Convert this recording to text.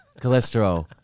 Cholesterol